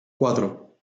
cuatro